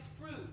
fruit